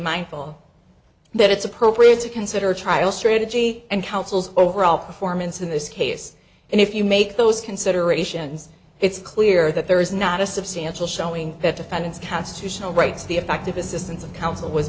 mindful that it's appropriate to consider trial strategy and counsels overall performance in this case and if you make those considerations it's clear that there is not a substantial showing that defendants constitutional rights the effective assistance of counsel was